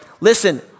listen